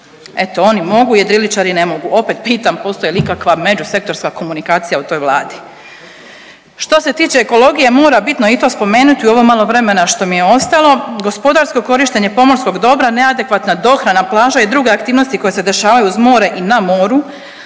Eto, oni mogu, jedriličari ne mogu. Opet pitam, postoji li ikakva međusektorska komunikacija u toj Vladi? Što se tiče ekologije, mora bitno i to spomenuti u ovo malo vremena što mi je ostalo. Gospodarsko korištenje pomorskog dobra, neadekvatna dohrana plaža i druge aktivnosti koje se dešavaju iz more i na moru,